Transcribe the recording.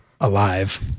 alive